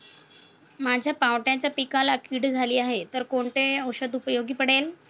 माझ्या पावट्याच्या पिकाला कीड झाली आहे तर कोणते औषध उपयोगी पडेल?